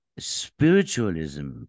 Spiritualism